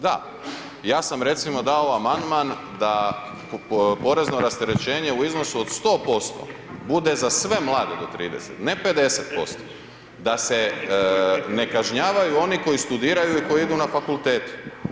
Da, ja sam recimo dao amandman da porezno rasterećenje u iznosu od 100% bude za sve mlade do 30, ne 50%, da ne kažnjavaju oni koji studiraju i koji idu na fakultete.